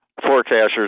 forecasters